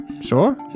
Sure